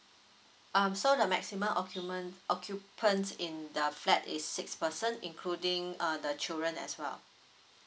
um so the maximum of occument occupants in the flat is six person including uh the children as well